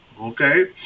okay